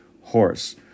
horse